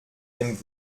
dem